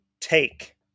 take